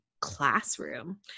Classroom